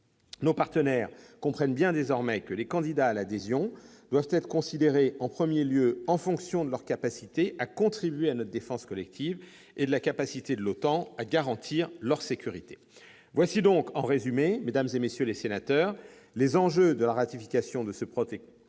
Nos partenaires comprennent bien désormais que les candidats à l'adhésion doivent être considérés, en premier lieu, en fonction de leur capacité à contribuer à notre défense collective et de la capacité de l'OTAN à garantir leur sécurité. Voilà en résumé, mesdames, messieurs les sénateurs, les enjeux de la ratification de ce protocole.